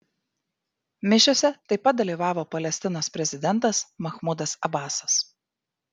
mišiose taip pat dalyvavo palestinos prezidentas mahmudas abasas